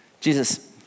Jesus